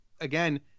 again